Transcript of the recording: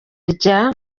rya